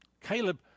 Caleb